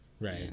Right